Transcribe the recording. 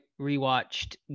rewatched